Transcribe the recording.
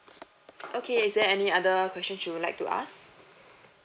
okay is there any other questions you would like to ask